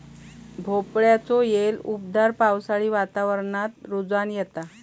भोपळ्याचो येल उबदार पावसाळी वातावरणात रुजोन येता